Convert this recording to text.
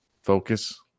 Focus